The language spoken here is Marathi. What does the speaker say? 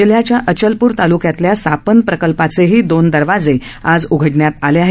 जिल्ह्याच्या अचलपूर तालुक्यातल्या सापन प्रकल्पाचेही दोन दरवाजे आज उघडण्यात आले आहेत